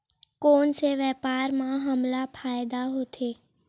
कोन से व्यापार म हमला फ़ायदा होथे?